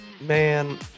man